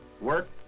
work